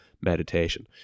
meditation